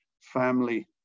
family